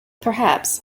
perhaps